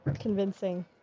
Convincing